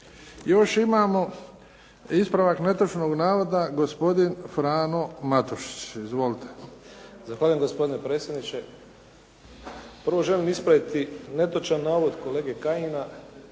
Još imamo ispravak netočnog navoda gospodin Frano Matušić. Izvolite. **Matušić, Frano (HDZ)** Zahvaljujem gospodine predsjedniče. Prvo želim ispraviti netočan navod kolege Kajina